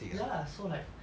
ya so like